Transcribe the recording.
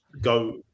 go